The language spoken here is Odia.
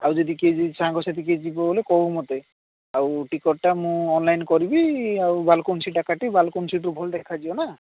ଆଉ ଯଦି କିଏ ଯଦି ସାଙ୍ଗସାଥି କିଏ ଯିବ ବୋଲି କହିବୁ ମତେ ଆଉ ଟିକଟ୍ଟା ମୁଁ ଅନଲାଇନ୍ କରିବି ଆଉ ବାଲ୍କୋନି ସିଟ୍ଟା କାଟିବି ବାଲ୍କୋନି ସିଟ୍ରୁ ଭଲ ଦେଖାଯିବ ନା